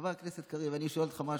חברת הכנסת קריב, אני שואל אותך משהו.